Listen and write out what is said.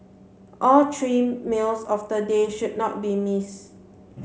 all three meals of the day should not be missed